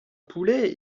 poulet